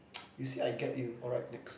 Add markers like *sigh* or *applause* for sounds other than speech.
*noise* you see I get you alright next